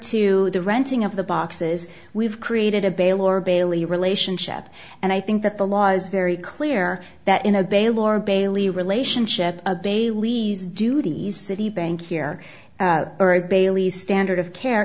to the renting of the boxes we've created a bale or bailey relationship and i think that the law is very clear that in a bail or bailey relationship a baileys duties citibank here are a bailey standard of care